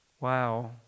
Wow